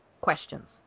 questions